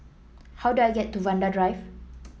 how do I get to Vanda Drive